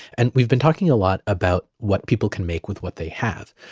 and we've been talking a lot about what people can make with what they have.